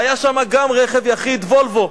היה שם גם כן רכב יחיד, "וולבו".